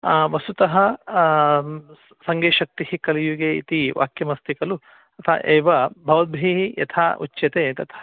वस्सुतः सङ्गे शक्तिः कलियुगे इति वाक्यमस्ति कलु तथा एव भवद्भिः यथा उच्यते तथा